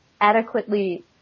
adequately